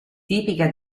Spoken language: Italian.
tipica